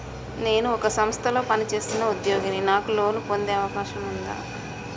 నేను ఒక సంస్థలో పనిచేస్తున్న ఉద్యోగిని నాకు లోను పొందే అవకాశం ఉందా?